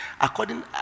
according